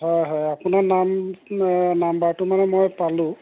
হয় হয় আপোনাৰ নাম আ নাম্বাৰটো মানে মই পালোঁ